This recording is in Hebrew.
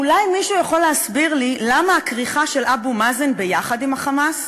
אולי מישהו יכול להסביר לי למה הכריכה של אבו מאזן ביחד עם ה"חמאס"?